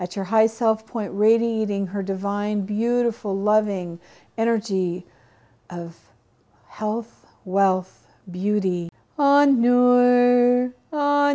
at your high self point radiating her divine beautiful loving energy of health wealth beauty on